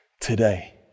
today